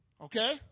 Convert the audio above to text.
Okay